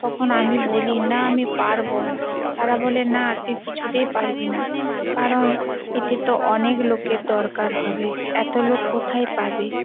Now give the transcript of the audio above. তখন আমি বলি না আমি পারবো তারা বলে না তুই কিছুতেই পারবি না কারণ এটিতো অনেক লোকের দরকার হবে এত লোক কোথায় পাবি